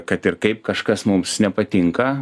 kad ir kaip kažkas mums nepatinka